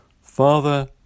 Father